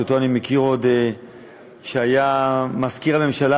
שאותו אני מכיר עוד מאז שהיה מזכיר הממשלה,